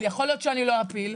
יכול להיות שאני לא אפיל,